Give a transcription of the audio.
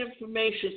information